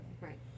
Right